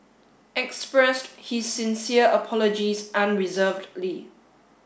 expressed his sincere apologies unreservedly